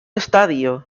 estadio